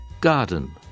garden